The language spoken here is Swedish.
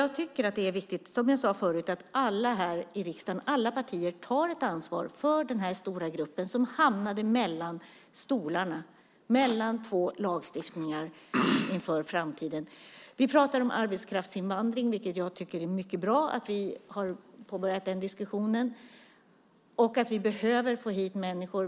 Jag tycker att det är viktigt att alla partier här i riksdagen inför framtiden tar ett ansvar för hela den här stora gruppen som hamnade mellan stolarna, mellan två lagstiftningar. Vi pratar om arbetskraftsinvandring, vilket jag tycker är mycket bra. Vi behöver få hit människor.